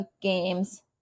games